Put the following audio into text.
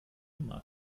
mag